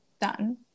Done